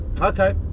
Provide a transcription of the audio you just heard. okay